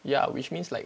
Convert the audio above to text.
ya which means like